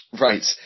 right